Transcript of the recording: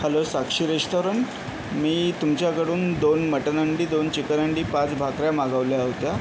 hello Sakshi restaurant मी तुमच्याकडून दोन मटन हंडी दोन चिकन हंडी पाच भाकऱ्या मागवल्या होत्या